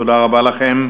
תודה רבה לכם.